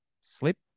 slip